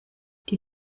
die